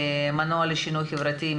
מנוע לשינוי חברתי,